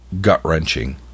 gut-wrenching